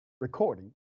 recording